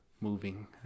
moving